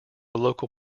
local